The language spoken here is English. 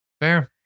Fair